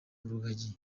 rugagi